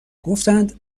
گفتند